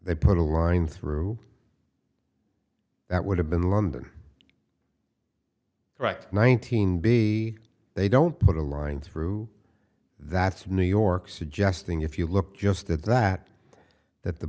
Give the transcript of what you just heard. they put a line through that would have been london right nineteen b they don't put a line through that's new york suggesting if you look just that that that the